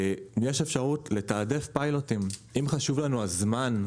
אם יש אפשרות לתעדף פיילוטים אם חשוב לנו הזמן,